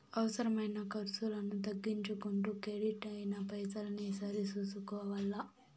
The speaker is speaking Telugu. అవసరమైన కర్సులను తగ్గించుకుంటూ కెడిట్ అయిన పైసల్ని సరి సూసుకోవల్ల